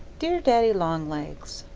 dear daddy-long-legs,